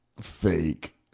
fake